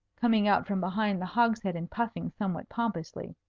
coming out from behind the hogshead and puffing somewhat pompously.